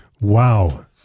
Wow